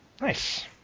Nice